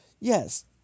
Yes